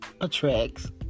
attracts